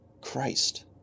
Christ